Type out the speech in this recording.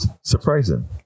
surprising